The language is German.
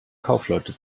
kaufleute